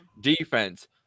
defense